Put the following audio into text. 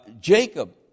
Jacob